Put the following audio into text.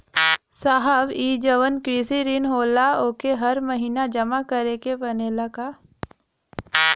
साहब ई जवन कृषि ऋण होला ओके हर महिना जमा करे के पणेला का?